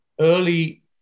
early